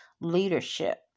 leadership